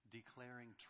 declaring